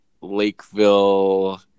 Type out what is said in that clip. Lakeville